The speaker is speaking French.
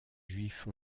juifs